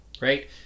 right